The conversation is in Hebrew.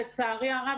לצערי הרב,